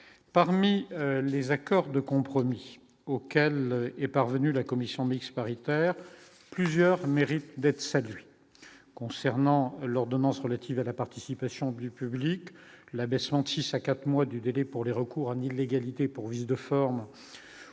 parmi les accords de compromis auquel est parvenue la commission mixte paritaire plusieurs mérite d'être salué concernant l'ordonnance relative à la participation du public, l'abaissement de 6 à 4 mois du délai pour les recours en illégalité pour vice de forme